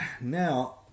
now